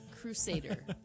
Crusader